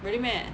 really meh